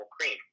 cream